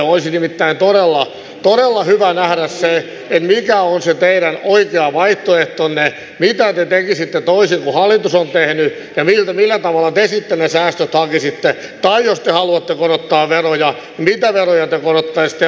olisi nimittäin todella hyvä nähdä se mikä on se teidän oikea vaihtoehtonne mitä te tekisitte toisin kuin hallitus on tehnyt ja millä tavalla te sitten ne säästöt hakisitte tai jos te haluatte korottaa veroja mitä veroja te korottaisitte ja paljonko niistä veroista euroja kertyisi